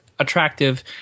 attractive